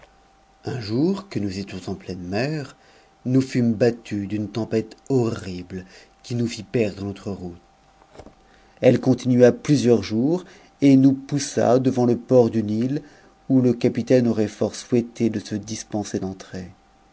un jour que nous étions en pleine mer nous fûmes battus d'um tempête horrible qui nous fit perdre notre route elle continua plusieurs jours et nous poussa devant le port d'une e où le capitaine aurait b souhaité de se dispenser d'entrer